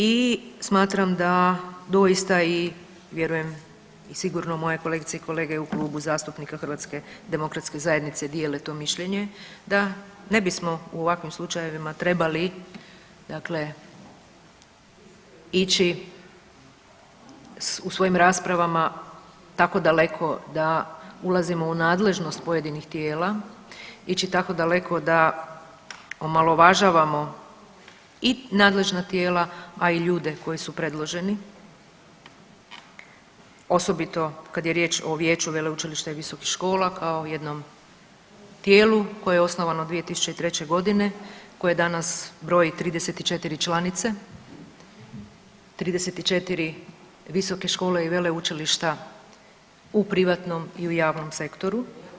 I smatram da doista i vjerujem i sigurno moje kolegice i kolege u Klubu zastupnika HDZ-a dijele to mišljenje da ne bismo u ovakvim slučajevima trebali dakle ići u svojim raspravama tako daleko da ulazimo u nadležnost pojedinih tijela, ići tako daleko da omalovažavamo i nadležna tijela, a i ljude koji su predloženi osobito kad je riječ o vijeću veleučilištu i visokih škola kao jednom tijelu koje je osnovano 2003. godine koje danas broji 34 članice, 34 visoke škole i veleučilišta u privatnom i u javnom sektoru.